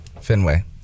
Fenway